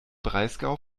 breisgau